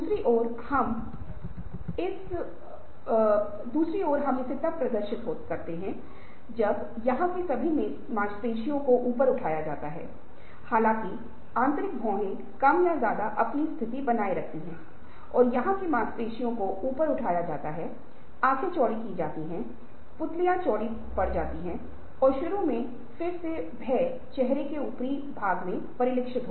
और हर पहलू मे एक बार जब आप एक बदलाव के लिए जाते हैं तो व्यापार के हर पहलू को सावधानीपूर्वक नियोजन संसाधनों परिवर्तन परिवेश या परिवर्तन करने वाले की आवश्यकता होती है और परिवर्तन के लिए आवश्यक सभी संसाधनों का संरेखण जो भौतिक के साथ साथ मानव संसाधन भी है